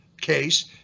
case